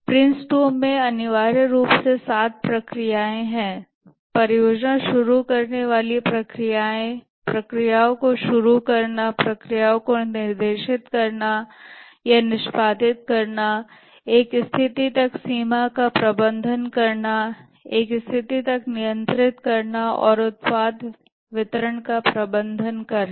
PRINCE2 में अनिवार्य रूप से सात प्रक्रियाएं हैं परियोजनाएं शुरू करने वाली प्रक्रियाएं प्रक्रियाओं को शुरू करना प्रक्रियाओं को निर्देशित करना या निष्पादित करना एक स्थिति तक सीमा का प्रबंधन करना एक स्थिति तक नियंत्रित करना और उत्पाद वितरण का प्रबंधन करना